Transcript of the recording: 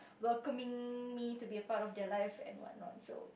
welcoming me to be a part of their life and what not so